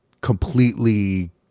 completely